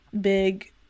big